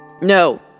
No